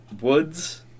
woods